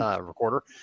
recorder